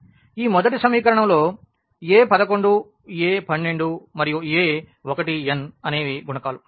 ఈ మొదటి సమీకరణం లో a11 a12 మరియు a1n అనేవి గుణకాలు